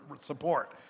support